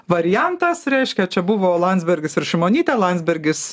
variantas reiškia čia buvo landsbergis ir šimonytė landsbergis